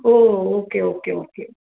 O okay okay okay